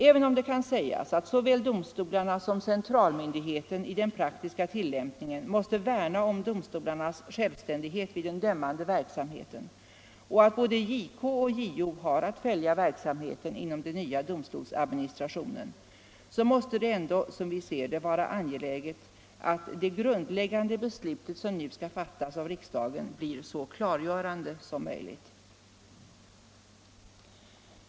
Även om det kan sägas att såväl domstolarna som centralmyndigheten i den praktiska tillämpningen måste värna om domstolarnas självständighet vid den dömande verksamheten och att både JK och JO har att följa verksamheten inom den nya domstolsadministrationen, måste det ändå, som vi ser det, vara angeläget att det grundläggande beslut som nu skall fattas av riksdagen blir så klargörande som möjligt.